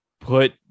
put